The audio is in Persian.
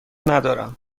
ندارم